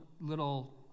little